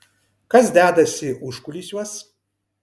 kas dedasi užkulisiuos